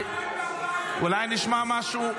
אולי נשמע משהו.